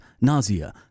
nausea